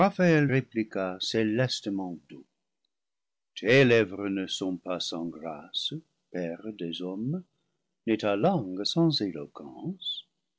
célestement doux ce tes lèvres ne sont pas sans grâce père des hommes ni ta langue sans éloquence